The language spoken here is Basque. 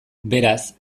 beraz